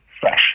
fresh